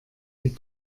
die